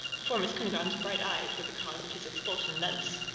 before miss cunegonde's bright eyes were the cause of his expulsion thence.